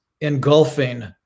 engulfing